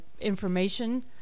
information